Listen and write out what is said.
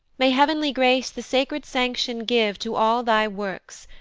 may heav'nly grace the sacred sanction give to all thy works,